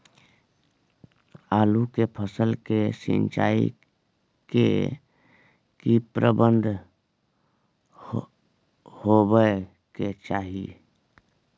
आलू के फसल के सिंचाई के की प्रबंध होबय के चाही?